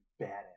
badass